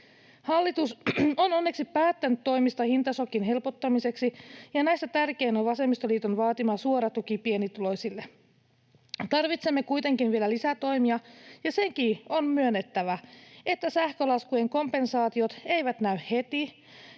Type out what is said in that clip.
Hallitus on onneksi päättänyt toimista hintašokin helpottamiseksi, ja näistä tärkein on vasemmistoliiton vaatima suora tuki pienituloisille. Tarvitsemme kuitenkin vielä lisätoimia, ja sekin on myönnettävä, että sähkölaskujen kompensaatiot eivät näy heti